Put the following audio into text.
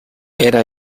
era